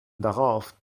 darauf